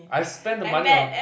I spend the money on